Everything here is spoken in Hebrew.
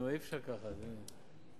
נו, אי-אפשר כך, אדוני.